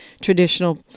traditional